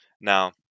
now